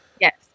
Yes